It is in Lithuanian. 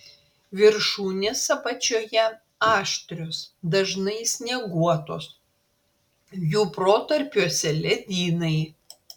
viršūnės apačioje aštrios dažnai snieguotos jų protarpiuose ledynai